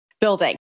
building